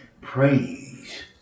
Praise